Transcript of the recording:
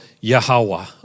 Yahweh